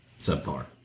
subpar